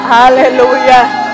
hallelujah